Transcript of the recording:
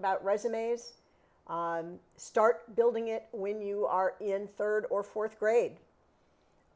about resumes start building it when you are in third or fourth grade